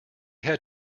had